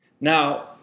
Now